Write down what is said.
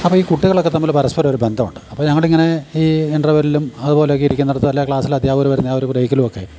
അപ്പം ഈ കുട്ടികളൊക്കെ തമ്മിൽ പരസ്പരം ഒരു ബന്ധം ഉണ്ട് അപ്പ ഞങ്ങളിങ്ങനെ ഈ ഇൻറർവെല്ലിലും അതുപോലൊക്കെ ഇരിക്കുന്നിടത്തും അല്ലാതെ ക്ലാസിൽ അധ്യാപകർ വരുന്ന ആ ഒരു ബ്രേക്കിലൊക്കെ